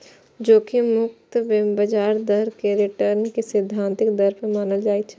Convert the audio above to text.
जोखिम मुक्त ब्याज दर कें रिटर्न के सैद्धांतिक दर मानल जाइ छै